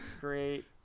Great